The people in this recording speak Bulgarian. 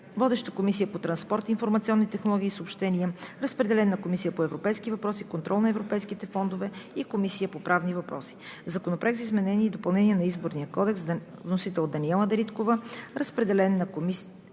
Водеща е Комисията по транспорт, информационни технологии и съобщения. Разпределен е на Комисията по европейските въпроси и контрол на европейските фондове и Комисията по правни въпроси. Законопроект за изменение и допълнение на Изборния кодекс. Вносител е Даниела Дариткова. Разпределен е на Комисията